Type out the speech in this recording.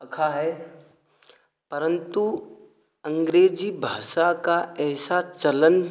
अखा है परंतु अंग्रेजी भाषा का ऐसा चलन